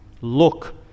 Look